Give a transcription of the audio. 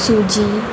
सुजी